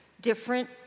Different